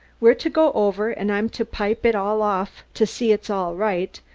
we're to go over, an' i'm to pipe it all off to see it's all right,